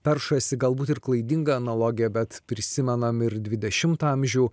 peršasi galbūt ir klaidinga analogija bet prisimenam ir dvidešimtą amžių